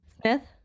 Smith